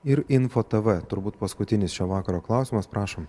ir info tv turbūt paskutinis šio vakaro klausimas prašom